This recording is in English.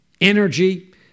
energy